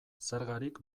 zergarik